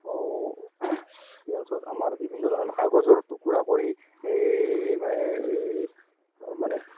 অ' এই অঞ্চলত আমাৰ বিভিন্ন ধৰণৰ কাগজৰ টুকুৰা কৰি এই মানে এই মানে